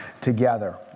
together